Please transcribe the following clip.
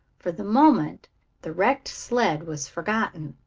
for the moment the wrecked sled was forgotten.